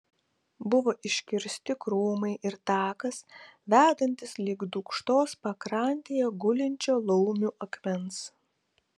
buvo iškirsti krūmai ir takas vedantis link dūkštos pakrantėje gulinčio laumių akmens